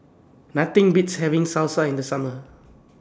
Nothing Beats having Salsa in The Summer